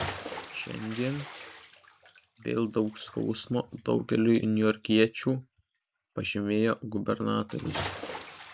šiandien vėl daug skausmo daugeliui niujorkiečių pažymėjo gubernatorius